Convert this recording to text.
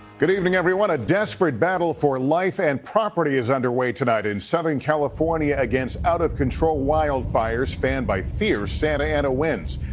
good evening, everyone. a desperate battle for life and property is underway tonight in southern california against out of control wildfires fanned by fierce santa ana winds.